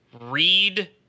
Read